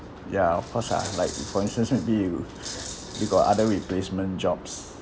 ya of course ah like for instance maybe you you got other replacement jobs